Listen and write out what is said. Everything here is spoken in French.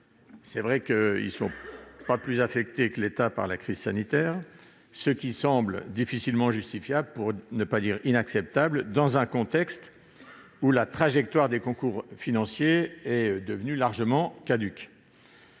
n'est pas comme s'ils n'étaient pas plus affectés que l'État par la crise sanitaire ! Cela semble difficilement justifiable, pour ne pas dire inacceptable, dans un contexte où la trajectoire des concours financiers est devenue largement caduque.